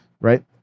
right